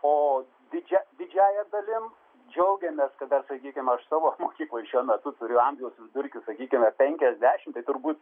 o didžia didžiąja dalim džiaugiamės kad dar sakykim aš savo mokykloj šiuo metu turiu amžiaus vidurkis sakykime penkiasdešimt tai turbūt